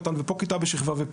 ובבית ספר עם כיתה אחת בשכבה,